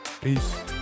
Peace